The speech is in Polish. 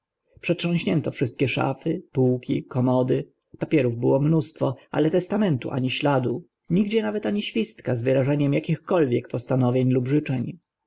przetrząśnięto wszystkie sza półki komody papierów było mnóstwo ale testamentu ani śladu nigdzie nawet ani świstka z wyrażeniem akichkolwiek postanowień lub życzeń